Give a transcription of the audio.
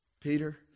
Peter